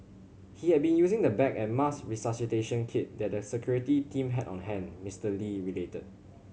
he had been using the bag and mask resuscitation kit that the security team had on hand Mister Lee related